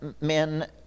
men